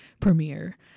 premiere